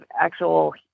actual